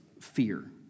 fear